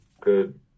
good